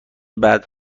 بعدا